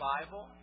Bible